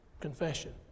confession